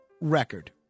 record